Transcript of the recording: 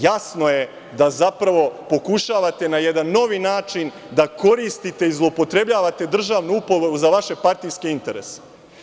Jasno je da zapravo pokušavate na jedan novi način da koristite i zloupotrebljavate državnu upravu za vaše partijske interese.